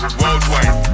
worldwide